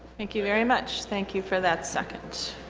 thank you very much. thank you for that second.